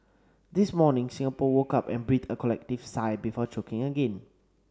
this morning Singapore woke up and breathed a collective sigh before choking again